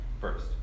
first